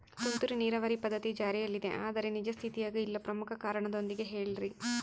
ತುಂತುರು ನೇರಾವರಿ ಪದ್ಧತಿ ಜಾರಿಯಲ್ಲಿದೆ ಆದರೆ ನಿಜ ಸ್ಥಿತಿಯಾಗ ಇಲ್ಲ ಪ್ರಮುಖ ಕಾರಣದೊಂದಿಗೆ ಹೇಳ್ರಿ?